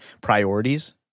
priorities